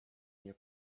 nie